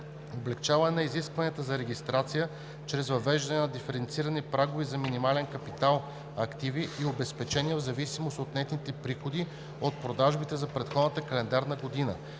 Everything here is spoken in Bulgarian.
Облекчаване на изискванията за регистрация чрез въвеждане на диференцирани прагове за минимален капитал/активи и обезпечение в зависимост от нетните приходи от продажби за предходната календарна година